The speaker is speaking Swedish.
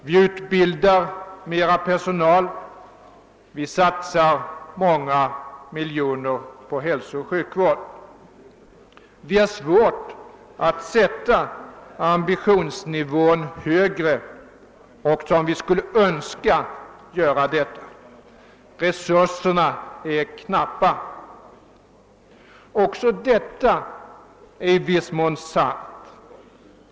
Vi utbildar mer personal och satsar många miljoner på hälsooch sjukvård; det är svårt att sätta ambitionsnivån högre, även om vi önskar göra det. Resurserna är knappa. Ja, också detta är i viss mån sant.